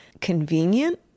convenient